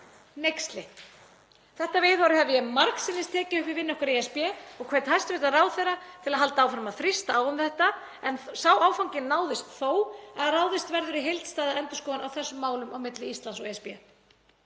Hneyksli. Þetta viðhorf hef ég margsinnis tekið upp við vini okkar í ESB og hvet hæstv. ráðherra til að halda áfram að þrýsta á um þetta, en sá áfangi náðist þó að ráðist verður í heildstæða endurskoðun á þessum málum milli Íslands og ESB.